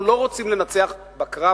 אנחנו לא רוצים לנצח בקרב,